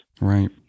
Right